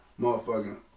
motherfucking